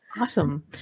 Awesome